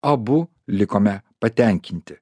abu likome patenkinti